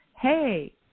hey